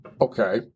Okay